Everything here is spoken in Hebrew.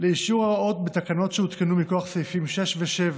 לאישור ההוראות בתקנות שהותקנו מכוח סעיפים 6 ו-7